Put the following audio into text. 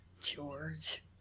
George